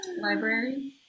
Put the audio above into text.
Library